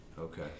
Okay